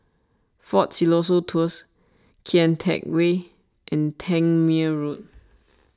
fort Siloso Tours Kian Teck Way and Tangmere Road